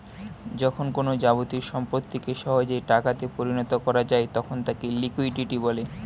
যখন কোনো যাবতীয় সম্পত্তিকে সহজেই টাকা তে পরিণত করা যায় তখন তাকে লিকুইডিটি বলে